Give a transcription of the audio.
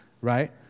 right